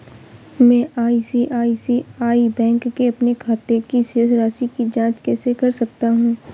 मैं आई.सी.आई.सी.आई बैंक के अपने खाते की शेष राशि की जाँच कैसे कर सकता हूँ?